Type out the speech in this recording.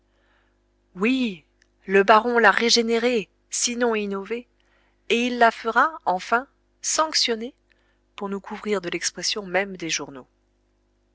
oui le baron l'a régénérée sinon innovée et il la fera enfin sanctionner pour nous couvrir de l'expression même des journaux